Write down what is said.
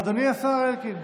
אדוני השר אלקין,